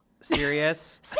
Serious